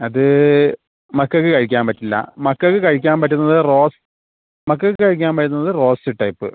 അത് മക്കൾക്ക് കഴിക്കാൻ പറ്റില്ല മക്കൾക്ക് കഴിക്കാൻ പറ്റുന്നത് റോസ്റ്റ് മക്കൾക്ക് കഴിക്കാൻ പറ്റുന്നത് റോസ്റ്റ് ടൈപ്പ്